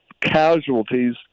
casualties